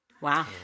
Wow